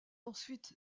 ensuite